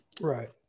Right